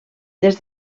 des